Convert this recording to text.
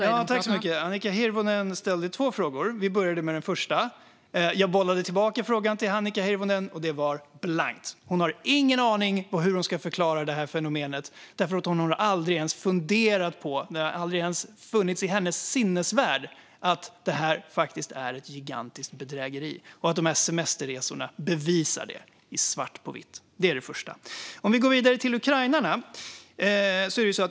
Fru talman! Annika Hirvonen ställde två frågor. Jag började med den första. Sedan bollade jag tillbaka frågan till henne och det blev blankt. Hon har ingen aning om hur hon ska förklara detta fenomen, eftersom hon aldrig har funderat på det. Det har aldrig ens funnits i hennes sinnevärld att det här är ett gigantiskt bedrägeri och att dessa semesterresor bevisar det svart på vitt. Det var det första. Låt mig gå vidare till ukrainarna.